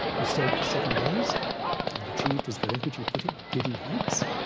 he stayed for seven days and achieved, as goenkaji put it, giddy heights.